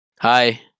hi